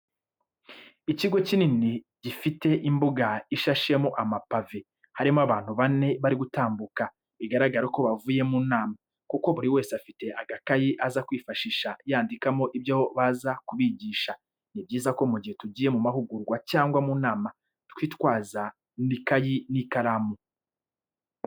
Ikigo kinini cyane gifite imbuga ishashemo amapave, harimo abantu bane bari gutambuka bigaragara ko bavuye mu nama, kuko buri wese afite agakayi aza kwifashisha yandikamo ibyo baza kubigisha. Ni byiza ko mu gihe tugiye mu mahugurwa cyangwa mu nama, twitwaza ikayi n'ikaramu.